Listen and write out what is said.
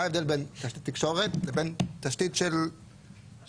מה ההבדל בין תשתית תקשורת לבין תשתית של מקורות,